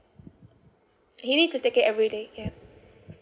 he needs to take it everyday yup